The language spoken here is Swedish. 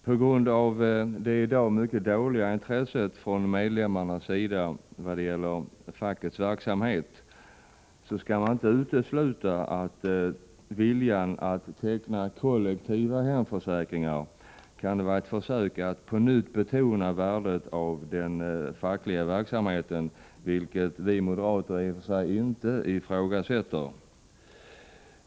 På grund av det i dag mycket dåliga intresset från medlemmarnas sida för fackets verksamhet skall man inte utesluta att ett tecknande av kollektiva hemförsäkringar kan vara ett försök att på nytt betona värdet av den fackliga verksamheten, vilket vi moderater i och för sig inte ifrågasätter.